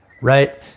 Right